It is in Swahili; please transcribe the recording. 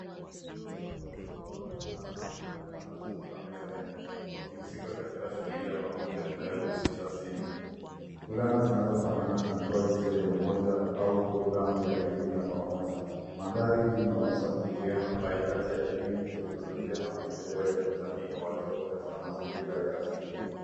Watoto waliovaa fulana za kijani wanazunguka meza ya nje wakihusika katika shughuli ya pamoja inayohusisha simu. Fulana zinazofanana zinatoa hisia ya umoja au programu ya elimu ya pamoja. Mandhari hii inaonyesha muingiliano hai kati ya elimu, teknolojia na maendeleo ya kijamii kwa watoto katika mazingira ya asili.